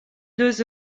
deux